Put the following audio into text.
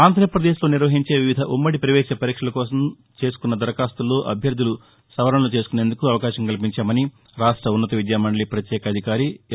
ఆంధ్రప్రదేశ్లో నిర్వహించే వివిధ ఉమ్మడి ప్రవేశ పరీక్షల కోసం చేసుకున్న దరఖాస్తుల్లో అభ్యర్థులు సవరణలు చేసుకునేందుకు అవకాశం కల్పించామని రాష్ట ఉన్నత విద్యా మండలి ప్రత్యేక అధికారి ఎం